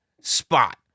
Spot